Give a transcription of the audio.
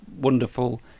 wonderful